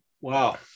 Wow